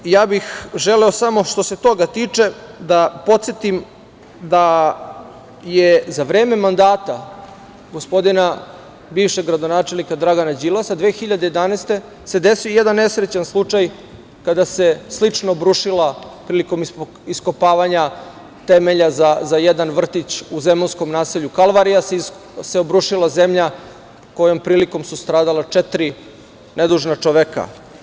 Ali, ja bih želeo samo, što se toga tiče, da podsetim da se za vreme mandata gospodina bivšeg gradonačelnika Dragana Đilasa 2011. godine desio jedan nesrećan slučaj kada se slično obrušila zemlja prilikom iskopavanja temelja za jedan vrtić u zemunskom naselju Kalvarija, kojom prilikom su stradala četiri nedužna čoveka.